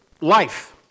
life